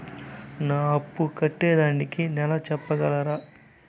నా అప్పు కట్టేదానికి నెల సెప్పగలరా?